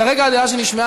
כרגע הדעה שנשמעה,